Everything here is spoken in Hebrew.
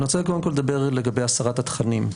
אני רוצה קודם כול לדבר לגבי הסרת התכנים.